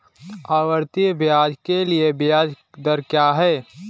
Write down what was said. आवर्ती जमा के लिए ब्याज दर क्या है?